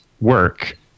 work